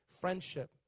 friendship